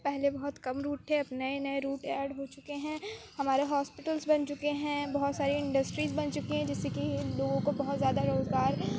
پہلے بہت کم روٹ تھے اب نئے نئے روٹ ایڈ ہو چُکے ہیں ہمارا ہاسپٹلس بن چُکے ہیں بہت ساری انڈسٹریز بن چُکی ہیں جس سے کہ لوگوں کو بہت زیادہ روزگار